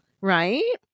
Right